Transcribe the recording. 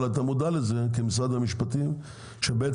אבל אתה מודע לזה כמשרד המשפטים שבעצם